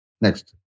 Next